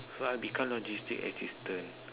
so I become logistic assistant